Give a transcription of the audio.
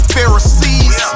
Pharisees